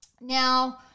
Now